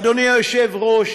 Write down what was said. אדוני היושב-ראש,